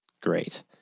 Great